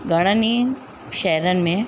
घणनि ई शहरनि में